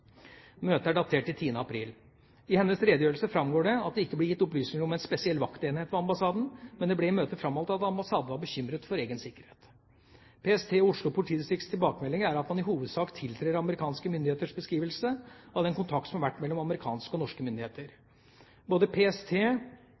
Møtet er datert til 10. april. I hennes redegjørelse framgår det at det ikke ble gitt opplysninger om en spesiell vaktenhet ved ambassaden, men det ble i møtet framholdt at ambassaden var bekymret for egen sikkerhet. PSTs og Oslo politidistrikts tilbakemeldinger er at man i hovedsak tiltrer amerikanske myndigheters beskrivelse av den kontakt som har vært mellom amerikanske og norske myndigheter.